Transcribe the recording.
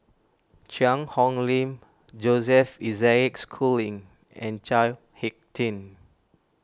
Cheang Hong Lim Joseph Isaac Schooling and Chao Hick Tin